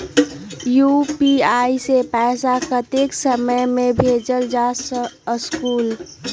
UPI से पैसा कतेक समय मे भेजल जा स्कूल?